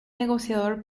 negociador